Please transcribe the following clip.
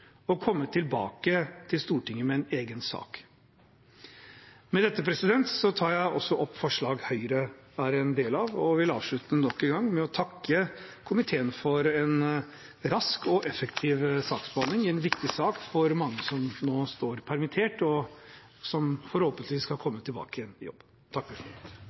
og komme tilbake til Stortinget med en egen sak. Med dette vil jeg avslutte med nok en gang å takke komiteen for en rask og effektiv saksbehandling i en viktig sak for mange som nå står permittert, og som forhåpentligvis skal komme tilbake til jobb. I dag vedtar Stortinget en lønnsstøtteordning, slik at flere av de mange permitterte kan bli tatt tilbake i jobb